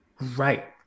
right